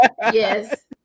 Yes